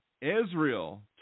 Israel